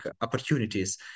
opportunities